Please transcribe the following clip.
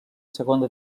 segona